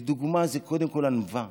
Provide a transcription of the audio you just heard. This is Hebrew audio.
ודוגמה זה קודם כול ענווה